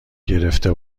گرفته